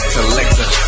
Collector